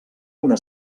una